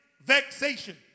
vexation